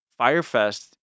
Firefest